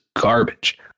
garbage